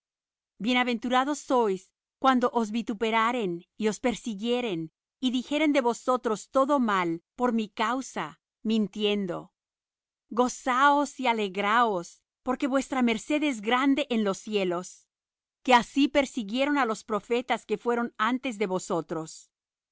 bienaventurados sois cuando os vituperaren y os persiguieren y dijeren de vosotros todo mal por mi causa mintiendo gozaos y alegraos porque vuestra merced es grande en los cielos que así persiguieron á los profetas que fueron antes de vosotros